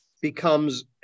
becomes